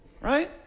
right